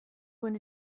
going